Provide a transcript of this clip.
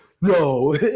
no